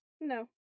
No